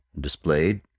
displayed